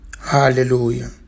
Hallelujah